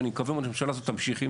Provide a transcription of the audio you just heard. ואני מקווה מאוד שהממשלה הזאת תמשיך,